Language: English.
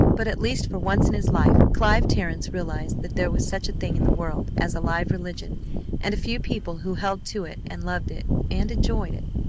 but at least for once in his life clive terrence realized that there was such a thing in the world as a live religion and a few people who held to it and loved it and enjoyed it.